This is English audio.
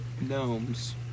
gnomes